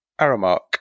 Aramark